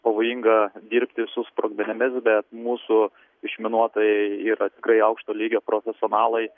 pavojinga dirbti su sprogmenimis bet mūsų išminuotojai yra tikrai aukšto lygio profesionalai